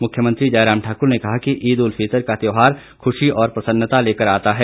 मुख्यमंत्री जयराम ठाकुर ने कहा कि ईद उल फितर का त्यौहार खुशी और प्रसन्नता लेकर आता है